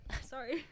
sorry